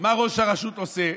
מה ראש הרשות עושה,